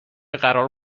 قرار